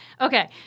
Okay